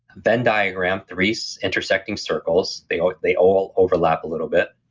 venn diagram, three so intersecting circles they all they all overlap a little bit.